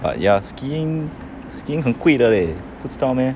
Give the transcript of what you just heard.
but ya skiing skiing 很贵的 leh 不知道 meh